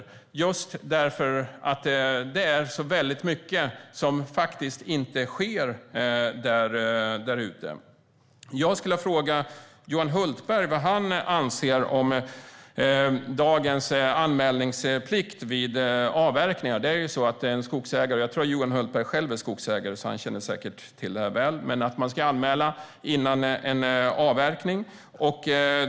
Det är nämligen väldigt mycket som faktiskt inte sker. Jag skulle vilja fråga Johan Hultberg vad han anser om dagens anmälningsplikt vid avverkningar. Jag tror att Johan Hultberg själv är skogsägare, så han känner säkert väl till att man ska göra en anmälan före en avverkning.